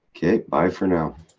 okay, bye for now.